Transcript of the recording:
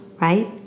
right